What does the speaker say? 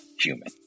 human